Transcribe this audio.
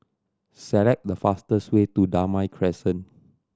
select the fastest way to Damai Crescent